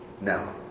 No